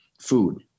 food